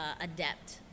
adept